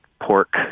pork